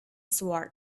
sword